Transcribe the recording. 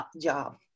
job